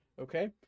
Okay